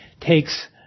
takes